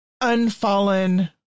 unfallen